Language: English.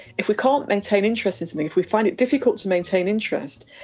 if we can't maintain interest in something, if we find it difficult to maintain interest,